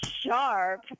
sharp